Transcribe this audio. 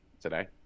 today